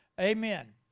Amen